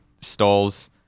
stalls